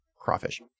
crawfish